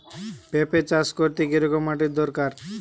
পেঁপে চাষ করতে কি রকম মাটির দরকার?